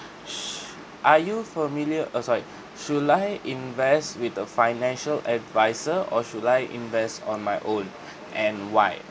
shh are you familiar uh sorry should I invest with a financial advisor or should I invest on my own and why